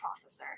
processor